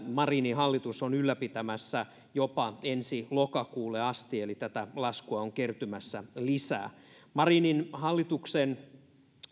marinin hallitus on vielä ylläpitämässä jopa ensi lokakuulle asti eli tätä laskua on kertymässä lisää marinin hallituksen